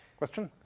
question?